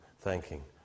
thanking